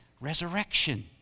Resurrection